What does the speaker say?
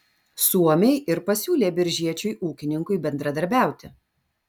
suomiai ir pasiūlė biržiečiui ūkininkui bendradarbiauti